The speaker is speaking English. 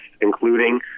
including